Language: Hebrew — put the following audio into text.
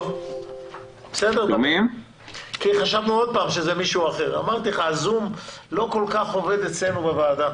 היה חשוב לשרה אורלי לוי אבקסיס להופיע בפני הוועדה.